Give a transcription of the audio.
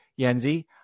Yenzi